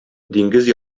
диңгез